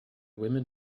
women